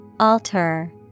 Alter